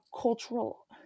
cultural